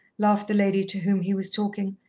laughed the lady to whom he was talking.